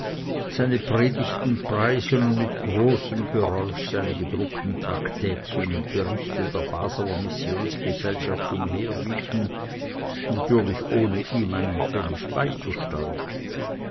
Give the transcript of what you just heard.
seine predigten preisen und mit großem geräusch seine gedruckten traktätchen und berichte der baseler missionsgesellschaft umherbieten natürlich ohne ihm einen pfennig beizusteuern